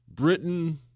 Britain